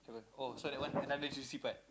oh so that one